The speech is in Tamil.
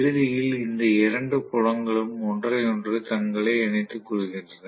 இறுதியில் இந்த இரண்டு புலங்களும் ஒன்றையொன்று தங்களை இணைத்துக் கொள்கின்றன